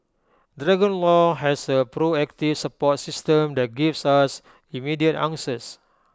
dragon law has A proactive support system that gives us immediate answers